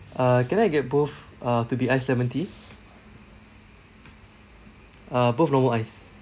uh can I get both uh to be ice lemon tea uh both normal ice